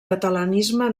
catalanisme